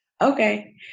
Okay